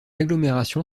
agglomération